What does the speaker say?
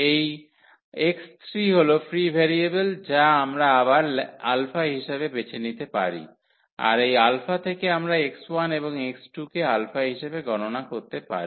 এই x3 হল free variable যা আমরা আবার 𝛼 হিসাবে বেছে নিতে পারি আর এই 𝛼 থেকে আমরা x1 এবং x2 কে 𝛼 হিসাবে গণনা করতে পারি